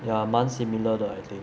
ya 蛮 similar 的 I think